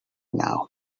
now